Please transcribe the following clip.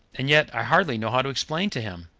and yet i hardly know how to explain to him.